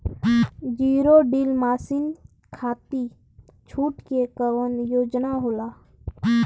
Zero deal मासिन खाती छूट के कवन योजना होला?